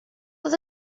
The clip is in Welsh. oedd